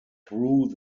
through